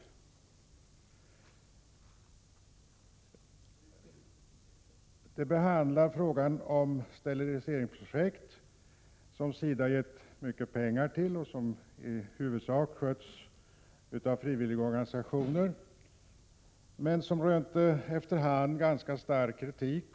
Artikeln behandlar frågan om steriliseringsprojektet, som SIDA gav mycket pengar till och som i huvudsak sköttes av frivilliga organisationer. Projektet rönte efter hand ganska stark kritik.